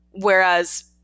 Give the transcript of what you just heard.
whereas